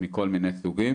מכל מיני סוגים